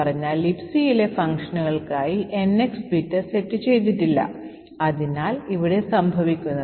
അതിനാൽ main function scan function invoke ചെയ്യുമ്പോൾ stack എങ്ങനെയായിരിക്കും എന്ന് നമുക്ക് നോക്കാം